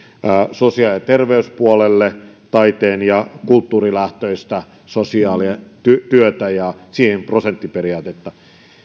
sosiaali ja terveyspuolelle tehty taide ja kulttuurilähtöistä sosiaalityötä ja siihen sovellettu prosenttiperiaatetta